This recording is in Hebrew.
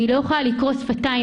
והיא לא יכולה לקרוא את השפתיים.